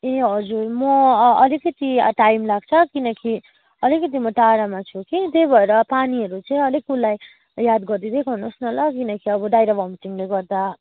ए हजुर म अलिकति टाइम लाग्छ किनकि अलिकति म टाढामा छु कि त्यही भएर पानीहरू चाहिँ अलिक उसलाई याद गरिदिँदै गर्नुहोस् न ल किनकि अब डाइरिया भोमिटिङले गर्दा